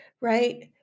right